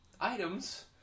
items